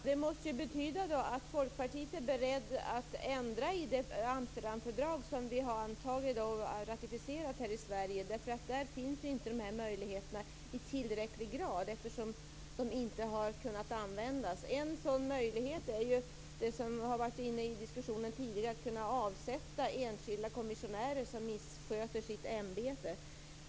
Fru talman! Det måste betyda att Folkpartiet är berett att ändra i det Amsterdamfördrag som vi har antagit och ratificerat här i Sverige. Där finns ju inte de här möjligheterna i tillräcklig grad, eftersom de inte har kunnat användas. En möjlighet är det som varit uppe i diskussionen tidigare, nämligen att kunna avsätta enskilda kommissionärer som missköter sitt ämbete.